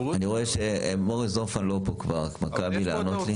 הבריאות --- מוריס דורפמן לא פה ממכבי לענות לי.